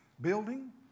building